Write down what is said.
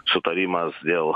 sutarimas dėl